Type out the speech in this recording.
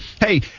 Hey